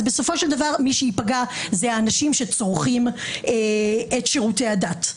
בסופו של דבר מי שייפגע זה האנשים שצורכים את שירותי הדת.